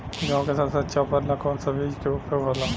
गेहूँ के सबसे अच्छा उपज ला कौन सा बिज के उपयोग होला?